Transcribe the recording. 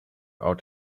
out